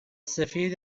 سفید